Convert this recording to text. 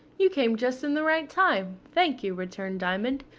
you came just in the right time, thank you, returned diamond.